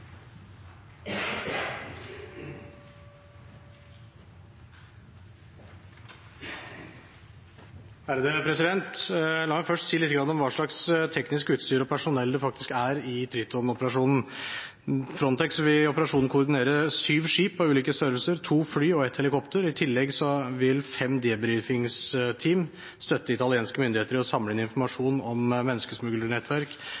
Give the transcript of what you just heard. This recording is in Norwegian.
La meg først si litt om hva slags teknisk utstyr og personell det faktisk er i Triton-operasjonen. Frontex vil ved operasjonen koordinere syv skip av ulik størrelse, to fly og et helikopter. I tillegg vil fem debriefingsteam støtte italienske myndigheter i å samle inn informasjon om menneskesmuglernettverk